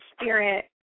spirit